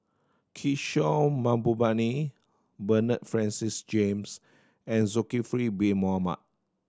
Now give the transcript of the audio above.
Kishore Mahbubani Bernard Francis James and Zulkifli Bin Mohamed